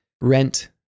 rent